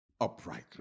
uprightly